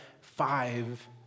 five